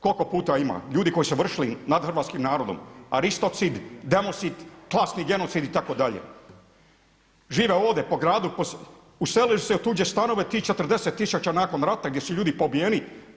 Koliko puta ima ljudi koji su vršili nad hrvatskim narodom aristocid, democid, klasni genocid itd. žive ovdje po gradu, uselili su se u tuđe stanove ti 40 tisuća nakon rata gdje su ljudi pobijeni.